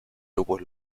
grupos